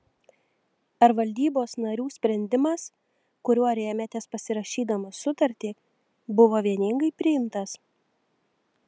ar valdybos narių sprendimas kuriuo rėmėtės pasirašydamas sutartį buvo vieningai priimtas